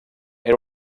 era